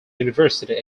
university